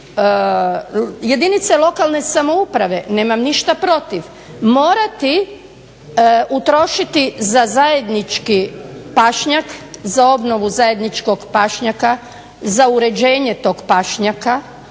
jedinice lokalne samouprave nemam ništa protiv morati utrošiti za zajednički pašnjak, za obnovu zajedničkog pašnjaka, za uređenje tog pašnjaka